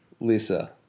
Lisa